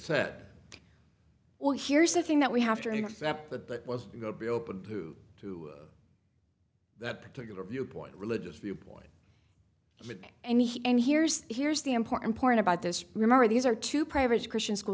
said well here's the thing that we have to accept that that was going to be open to to that particular viewpoint religious viewpoint and he and here's here's the important point about this remember these are two private christian school